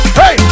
hey